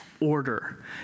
order